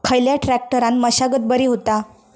खयल्या ट्रॅक्टरान मशागत बरी होता?